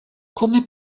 come